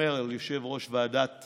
שומר על יושב-ראש ועדת